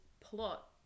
plot